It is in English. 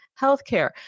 healthcare